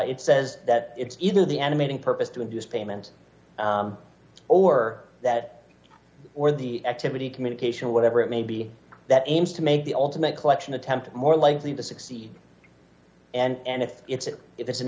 it says that it's either the animating purpose to induce payment or that or the activity communication whatever it may be that aims to make the ultimate collection attempt more likely to succeed and if it's if it's an